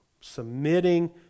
submitting